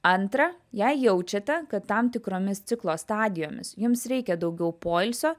antra jei jaučiate kad tam tikromis ciklo stadijomis jums reikia daugiau poilsio